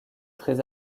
très